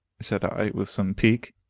said i, with some pique.